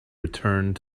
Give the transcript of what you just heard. returned